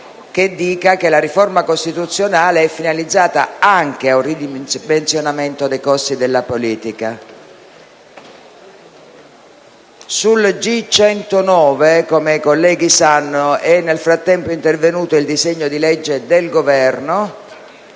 «la riforma costituzionale sia finalizzata anche ad un ridimensionamento dei costi della politica». Sull'ordine del giorno G109, come i colleghi sanno, è nel frattempo intervenuto il disegno di legge del Governo.